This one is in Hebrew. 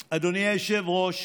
היושב-ראש,